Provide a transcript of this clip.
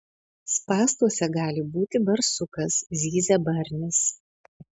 spąstuose gali būti barsukas zyzia barnis